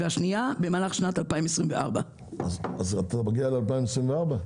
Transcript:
השנייה במהלך שנת 2024. אתה מגיע ל-2024?